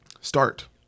Start